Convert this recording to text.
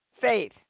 Faith